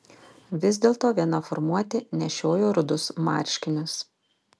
vis dėlto viena formuotė nešiojo rudus marškinius